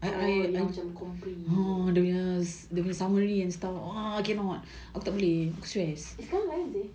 oh yang macam compre sekarang lain seh